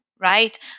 Right